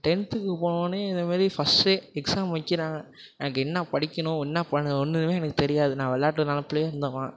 டென்த்துக்கு போனோன்னே இதே மாரி ஃபர்ஸ்ட் டே எக்ஸாம் வைக்கிறாங்க எனக்கு என்ன படிக்கணும் என்ன பண்ணு ஒன்றுமே எனக்குத் தெரியாது நான் விளாட்டு நினப்புலயே இருந்தவன்